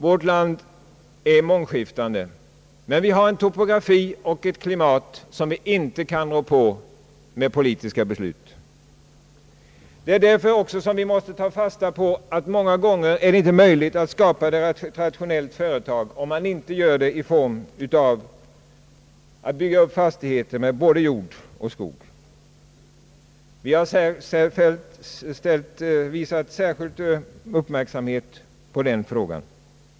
Vårt land är mångskiftande, och vi har en topografi och ett klimat som vi inte kan rå på med politiska beslut. Därför måste vi ta fasta på att det många gånger inte är möjligt att skapa ett rationellt företag, om man inte bygger upp fastigheten med både jordbruk och skog. Vi har ägnat särskild uppmärksamhet åt den frågan.